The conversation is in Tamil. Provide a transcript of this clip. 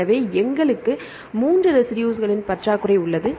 எனவே எங்களுக்கு 3 ரெசிடுஸ்களின் பற்றாக்குறை உள்ளது